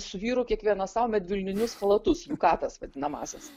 su vyru kiekvienas sau medvilninius chalatus katas vadinamąsias